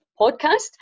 podcast